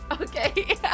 Okay